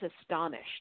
astonished